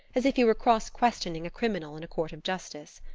as if he were cross-questioning a criminal in a court of justice.